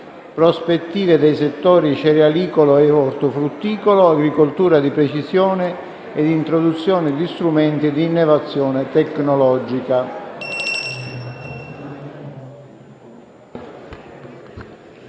prospettive dei settori cereralicolo e ortofrutticolo, agricoltura di precisione e introduzione di strumenti di innovazione tecnologica.